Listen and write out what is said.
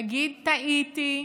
תגיד: טעיתי,